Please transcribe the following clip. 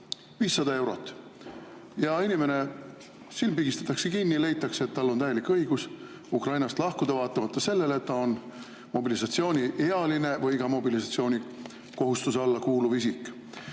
500 eurot! Ja silm pigistatakse kinni, leitakse, et inimesel on täielik õigus Ukrainast lahkuda, vaatamata sellele, et ta on mobilisatsiooniealine või mobilisatsioonikohustuse alla kuuluv isik.